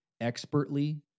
expertly